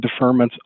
deferments